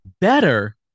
better